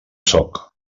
sóc